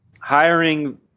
Hiring